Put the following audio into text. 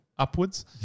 Upwards